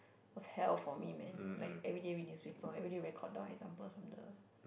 was hell for me man like everyday read newspaper everyday record down examples from the